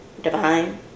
divine